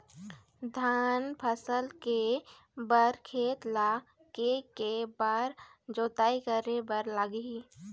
धान फसल के बर खेत ला के के बार जोताई करे बर लगही?